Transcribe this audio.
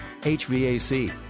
HVAC